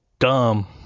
dumb